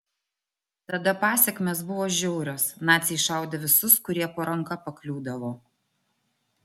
tada pasekmės buvo žiaurios naciai šaudė visus kurie po ranka pakliūdavo